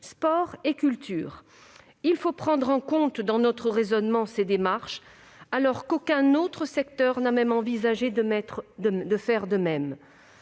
sport et de la culture. Il faut prendre en compte dans notre raisonnement ces différentes démarches, alors qu'aucun autre secteur n'a envisagé de faire de même.